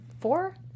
four